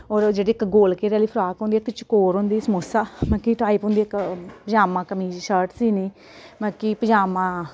होर ओह् जेह्ड़े इक गोल घेरे आह्ली फ्राक होंदी ऐ इक चकोर होंदी समोसा मतलब कि टाइप होंदी इक पजामा कमीच शर्ट सीने मतलब कि पजामा